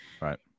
Right